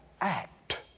act